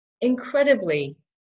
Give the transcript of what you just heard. incredibly